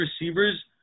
receivers